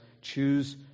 choose